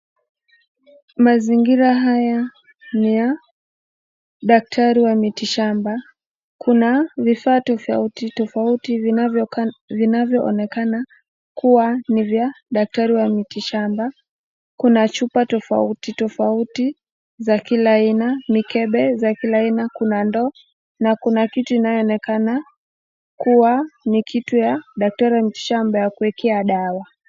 Mazingira haya ni ya daktari wa miti shamba. Kuna vifaa tofauti tofauti vinavyoonekana kua ni vya daktari wa miti shamba. Kuna chupa tofauti tofauti za kila aina mikebe za kila aina kuna ndoo na kuna kitu inayoonekana kua ni kitu ya daktari ya miti shamba ya kuekea dawa.